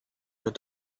that